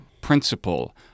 principle